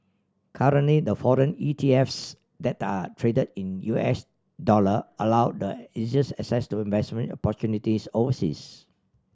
currently the foreign E T Fs that are traded in U S dollar allow the easiest access to investment opportunities overseas